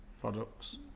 products